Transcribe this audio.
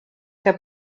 que